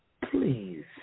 Please